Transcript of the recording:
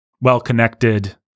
well-connected